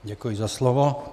Děkuji za slovo.